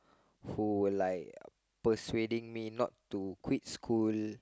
who like persuading me not to quit school